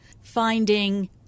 finding